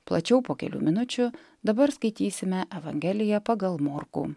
plačiau po kelių minučių dabar skaitysime evangeliją pagal morkų